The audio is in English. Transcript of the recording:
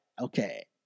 Okay